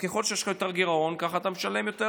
ככל שיש לך יותר גירעון ככה אתה משלם יותר